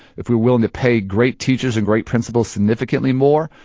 if we're willing to pay great teachers and great principals significantly more,